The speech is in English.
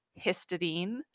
histidine